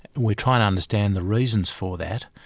we're trying to understand the reasons for that.